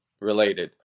related